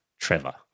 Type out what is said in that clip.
Trevor